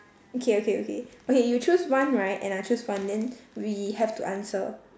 okay okay okay okay you choose one right and I choose one then we have to answer